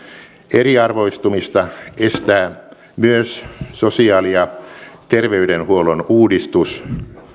eriarvoistumista estää myös sosiaali ja terveydenhuollon uudistus